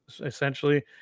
essentially